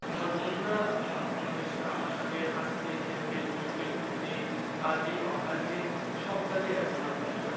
আমার বন্ধুরা আমাদের সা আমার সাথে হাসতে খেলতে বসতে উঠতে কাজে অকাজে সব কাজেই আছে আমার বন্ধুরা